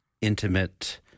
intimate